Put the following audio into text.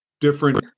different